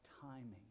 timing